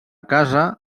casa